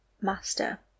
master